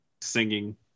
singing